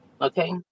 Okay